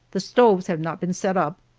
the stoves have not been set up,